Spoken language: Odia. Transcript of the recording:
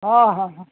ହଁ ହଁ ହଁ